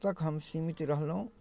तक हम सीमित रहलहुँ